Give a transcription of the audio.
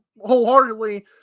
wholeheartedly